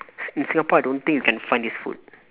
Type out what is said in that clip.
s~ in singapore I don't think you can find this food